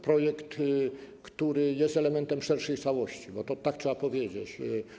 Projekt, który jest elementem szerszej całości, bo to tak trzeba powiedzieć.